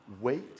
wait